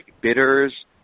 bitters